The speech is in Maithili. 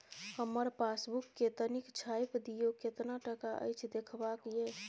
हमर पासबुक के तनिक छाय्प दियो, केतना टका अछि देखबाक ये?